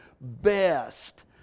best